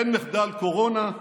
אין מחדל קורונה,